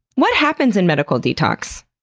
what happens in medical detox?